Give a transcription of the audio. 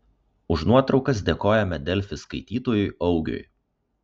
už nuotraukas dėkojame delfi skaitytojui augiui